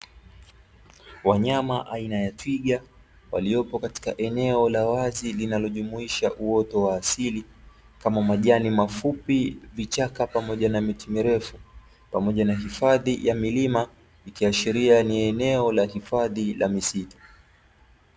Wanyama aina ya twiga, waliopo katika eneo la wazi linalojumuisha uoto wa asili, kama: majani mafupi, vichaka pamoja na miti mirefu pamoja na hifadhi ya milima, ikiashiria ni eneo la hifadhi la misitu.